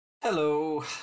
hello